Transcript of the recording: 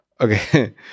okay